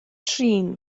trin